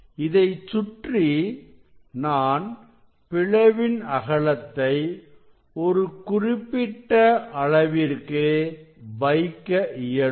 இதைச் சுற்றி நான் பிளவின் அகலத்தை ஒரு குறிப்பிட்ட அளவிற்கு வைக்க இயலும்